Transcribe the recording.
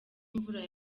imvura